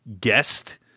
guest